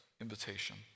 invitation